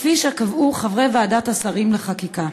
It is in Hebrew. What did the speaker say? כפי שקבעו חברי ועדת השרים לחקיקה.